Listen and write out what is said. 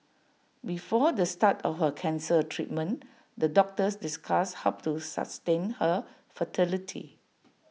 before the start of her cancer treatment the doctors discussed how to sustain her fertility